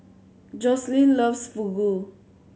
Joslyn loves Fugu